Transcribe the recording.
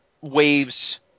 waves